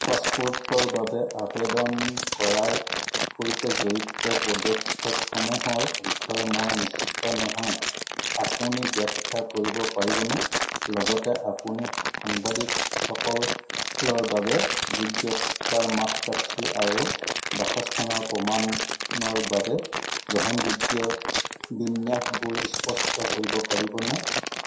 পাছপোৰ্টৰ বাবে আবেদন কৰাৰ সৈতে জড়িত পদক্ষেপসমূহৰ বিষয়ে মই নিশ্চিত নহয় আপুনি ব্যাখ্যা কৰিব পাৰিবনে লগতে আপুনি সাংবাদিকসকলৰ বাবে যোগ্যতাৰ মাপকাঠি আৰু বাসস্থানৰ প্ৰমাণৰ বাবে গ্ৰহণযোগ্য বিন্যাসবোৰ স্পষ্ট কৰিব পাৰিবনে